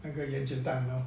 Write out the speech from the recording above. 那个原子弹